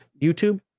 YouTube